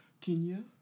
Kenya